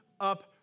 up